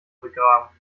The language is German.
begraben